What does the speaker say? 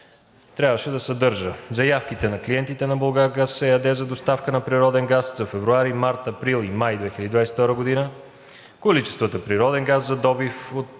трябваше да съдържа: - заявките на клиентите на „Булгаргаз“ ЕАД за доставка на природен газ за февруари, март, април и май 2022 г.; - количествата природен газ за добив от